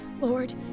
Lord